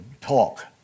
talk